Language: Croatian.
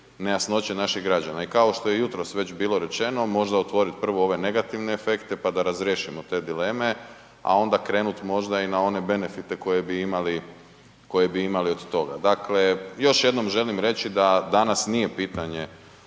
nejasnoće naših građana, i kako što je jutros već bilo rečeno, možda otvoriti prvo ove negativne efekte pa da razriješimo te dileme a onda krenut možda i na one benefite koje bi imali od toga. Dakle, još jednom želim reći da danas nije pitanje